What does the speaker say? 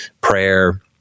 prayer